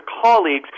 colleagues